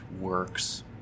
works